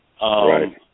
right